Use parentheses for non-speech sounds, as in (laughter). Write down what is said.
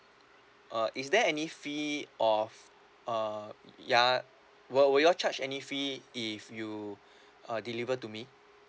uh is there any fee of uh ya will will you all charge any fee if you (breath) uh deliver to me